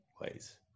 ways